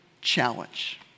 challenge